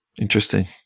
Interesting